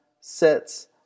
sets